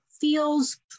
feels